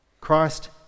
Christ